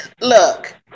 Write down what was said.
look